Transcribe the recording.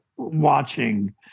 watching